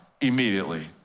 immediately